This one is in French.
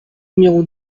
numéro